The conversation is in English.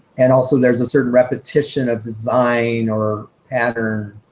and also there's a certain repetition of design or pattern.